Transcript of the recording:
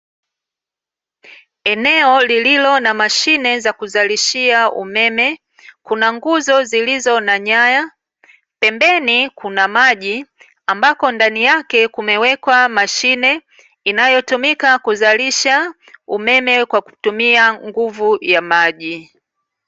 Eneo lililo na mashine za kuzalishia umeme, kuna nguzo zilizo na nyaya, pembeni kuna maji ambako ndani yake kumewekwa mashine, inayotumika kuzalisha umeme kwa kutumia nguvu ya maji.